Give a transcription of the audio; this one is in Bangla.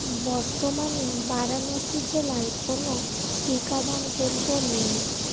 বর্তমানে বারাণসী জেলায় কোনও টিকাদান কেন্দ্র নেই